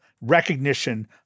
recognition